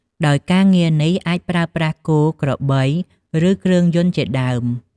ដោយការងារនេះអាចប្រើប្រាស់គោ ក្របី ឬគ្រឿងយន្តជាដើម។